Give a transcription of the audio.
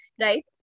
right